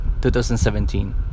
2017